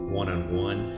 one-on-one